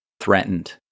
threatened